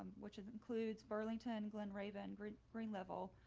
which is includes burlington glen raven green green level,